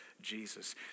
Jesus